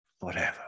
forever